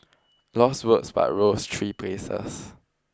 lost votes but rose three places